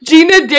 Gina